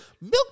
milk